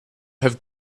have